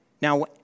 Now